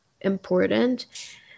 important